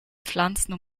pflanzen